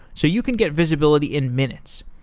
so you can get visibility in minutes.